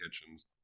kitchens